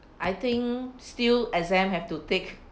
I think still exam have to take